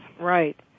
Right